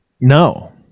no